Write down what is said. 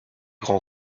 grand